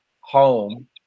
home